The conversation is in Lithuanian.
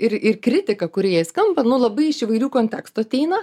ir ir kritika kuri jai skamba nu labai iš įvairių kontekstų ateina